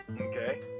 Okay